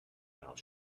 mouth